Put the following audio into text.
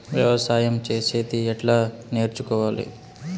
వ్యవసాయం చేసేది ఎట్లా నేర్చుకోవాలి?